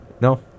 No